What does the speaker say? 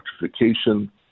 electrification